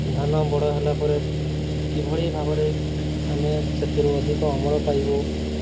ଧାନ ବଡ଼ ହେଲା ପରେ କିଭଳି ଭାବରେ ଆମେ ସେଥିରୁ ଅଧିକ ଅମଳ ପାଇବୁ